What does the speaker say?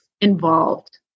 involved